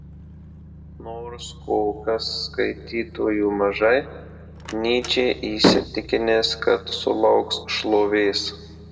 nors kol kas skaitytojų mažai nyčė įsitikinęs kad sulauks šlovės